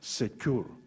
secure